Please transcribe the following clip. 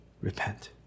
repent